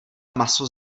maso